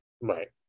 Right